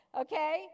okay